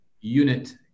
unit